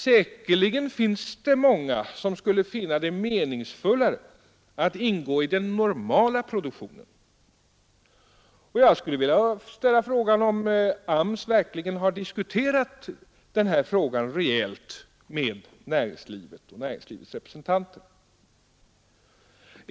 Säkerligen finns det många som skulle finna det meningsfullare att ingå i den normala produktionen. Jag skulle vilja ställa frågan, om AMS verkligen diskuterat den här saken rejält med näringslivet och näringslivets representanter.